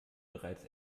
bereits